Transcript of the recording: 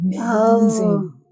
amazing